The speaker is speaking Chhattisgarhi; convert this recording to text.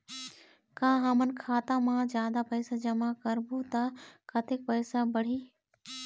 का हमन खाता मा जादा पैसा जमा करबो ता कतेक पैसा बढ़ही?